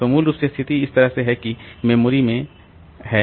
तो मूल रूप से स्थिति इस तरह से है कि यह मेमोरी में है